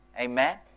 Amen